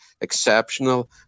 exceptional